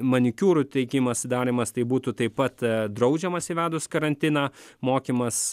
manikiūrų teikimas darymas tai būtų taip pat draudžiamas įvedus karantiną mokymas